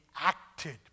acted